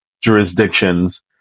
jurisdictions